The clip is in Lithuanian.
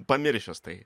pamiršęs tai